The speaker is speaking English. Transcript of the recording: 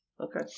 Okay